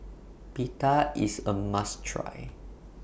Pita IS A must Try